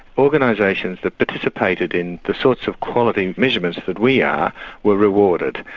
organisations that participated in the sorts of quality measurements that we are were rewarded.